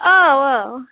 औ औ